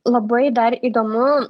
labai dar įdomu